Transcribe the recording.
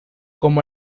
como